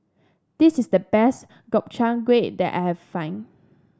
this is the best Gobchang Gui that I have find